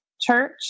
church